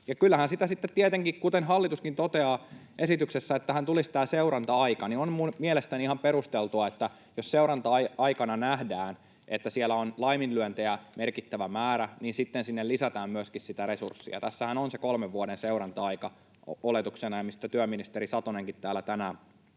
kyllähän sitten tietenkin se, kuten hallituskin toteaa esityksessään, että tähän tulisi tämä seuranta-aika, on minun mielestäni ihan perusteltua: että jos seuranta-aikana nähdään, että siellä on laiminlyöntejä merkittävä määrä, niin sitten sinne lisätään myöskin sitä resurssia. Tässähän on oletuksena se kolmen vuoden seuranta-aika, mistä työministeri Satonenkin täällä tänään